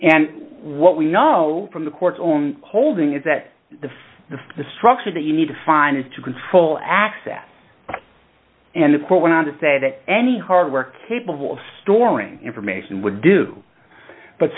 and what we know from the court own holding is that the the structure that you need to find is to control access and the quote went on to say that any hard work capable of storing information would do but